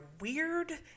weird